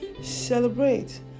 celebrate